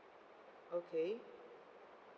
okay